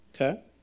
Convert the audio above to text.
Okay